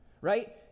right